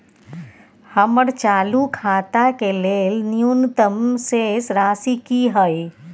हमर चालू खाता के लेल न्यूनतम शेष राशि की हय?